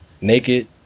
naked